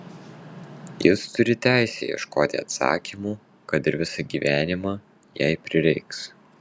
jis turi teisę ieškoti atsakymų kad ir visą gyvenimą jei prireiks